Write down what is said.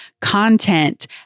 content